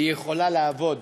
היא יכולה לעבוד.